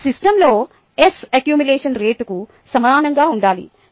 ఇది సిస్టమ్లో S accumulation రేటుకు సమానంగా ఉండాలి